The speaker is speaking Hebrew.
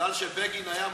מזל שבגין היה מנהיג,